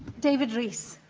david rees